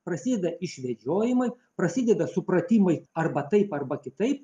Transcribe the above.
prasideda išvedžiojimai prasideda supratimai arba taip arba kitaip